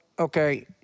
Okay